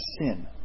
sin